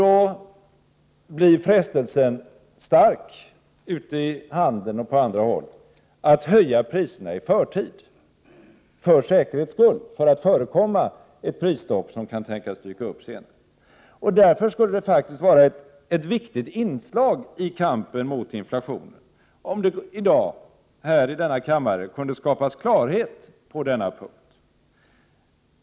Då blir frestelsen a håll att höja priserna i förtid, för säkerhets skull, för att förekomma ett prisstopp som kan tänkas dyka upp senare. Därför skulle det faktiskt vara ett viktigt inslag i kampen mot inflationen om det i dag här i kammaren kunde skapas klarhet på denna punkt.